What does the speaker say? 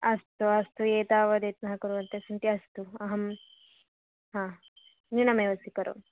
अस्तु अस्तु एतावद् यत्नः कुर्वन्तस्सन्ति अस्तु अहं हा न्यूनमेव स्वीकरोमि